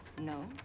No